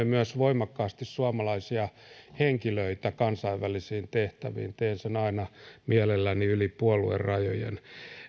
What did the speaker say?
myös ajamme voimakkaasti suomalaisia henkilöitä kansainvälisiin tehtäviin teen sen aina mielelläni yli puoluerajojen